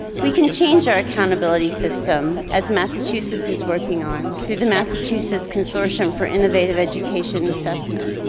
we can change our accountability system as massachusetts is working on through the massachusetts consortium for innovative education assessment.